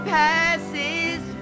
passes